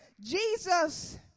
Jesus